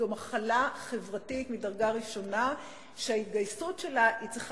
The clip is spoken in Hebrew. זו מחלה חברתית מדרגה ראשונה שההתגייסות מולה צריכה